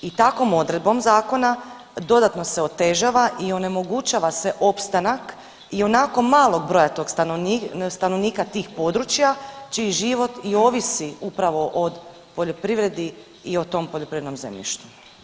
I takvom odredbom zakona dodatno se otežava i onemogućava se opstanak ionako malog broja tog, stanovnika tog područja čiji život i ovisi upravo o poljoprivredi i o tom poljoprivrednom zemljištu.